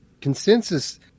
consensus